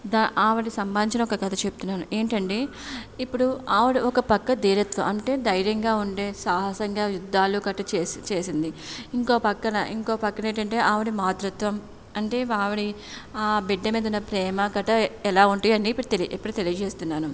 the ఆవిడ సంబంధించిన ఒక కథ చెప్తున్నాను ఏంటంటే ఇప్పుడు ఆవిడ ఒక పక్క ధీరత్వం అంటే ధైర్యంగా ఉండే సాహసంగా యుద్దాలు గట్రా చేసి చేసింది ఇంకో ప్రక్కన ఇంకో ప్రక్కన ఏటంటే ఆవిడ మాతృత్వం అంటే ఆవిడ ఆ బిడ్డ మీద ఉన్న ప్రేమ గట్రా ఎలా ఉంటాయో అని ఇప్పుడు ఇప్పుడు తెలియజేస్తున్నాను